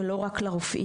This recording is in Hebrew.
ולא רק לרופאים.